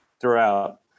throughout